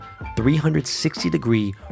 360-degree